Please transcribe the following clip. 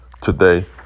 Today